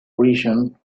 region